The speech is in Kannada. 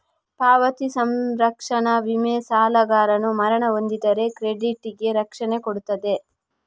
ಪಾವತಿ ಸಂರಕ್ಷಣಾ ವಿಮೆ ಸಾಲಗಾರನು ಮರಣ ಹೊಂದಿದರೆ ಕ್ರೆಡಿಟ್ ಗೆ ರಕ್ಷಣೆ ಕೊಡ್ತದೆ